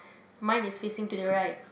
mine is facing to the right